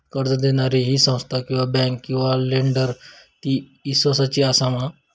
कर्ज दिणारी ही संस्था किवा बँक किवा लेंडर ती इस्वासाची आसा मा?